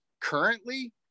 currently